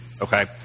Okay